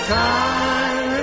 time